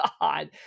God